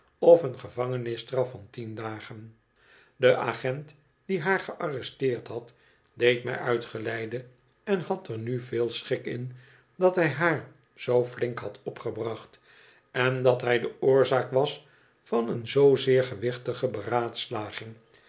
of een gevangenisstraf van tien dagen do agent die haar gearresteerd had deed mij uitgeleide en had er nu veel schik in dat bij haar zoo flink had opgebracht en dat hij de oorzaak was van een zoozeer gewichtige beraadslaging